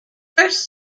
first